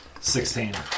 Sixteen